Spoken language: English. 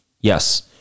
Yes